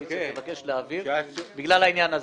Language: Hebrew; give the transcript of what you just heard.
שהקואליציה תבקש להעביר בגלל העניין הזה,